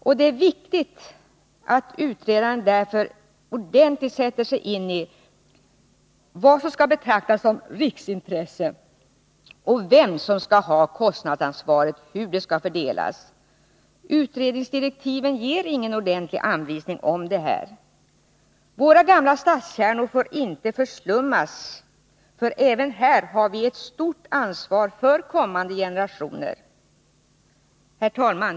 Det är därför viktigt att utredaren ordentligt sätter sig in i vad som skall betraktas som riksintresse och hur kostnadsansvaret skall fördelas. Utredningsdirektiven ger ingen ordentlig anvisning om detta. Våra gamla stadskärnor får inte förslummas. Även på den punkten har vi ett stort ansvar för kommande generationer. Herr talman!